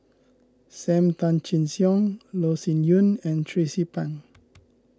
Sam Tan Chin Siong Loh Sin Yun and Tracie Pang